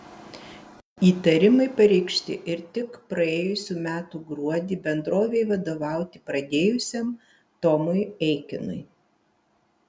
įtarimai pareikšti ir tik praėjusių metų gruodį bendrovei vadovauti pradėjusiam tomui eikinui